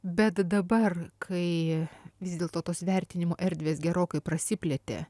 bet dabar kai vis dėlto tos vertinimų erdvės gerokai prasiplėtė